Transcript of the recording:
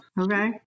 Okay